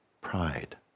pride